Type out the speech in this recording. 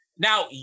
Now